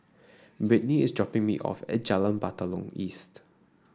Brittnie is dropping me off at Jalan Batalong East